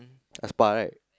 a spa right